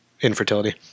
infertility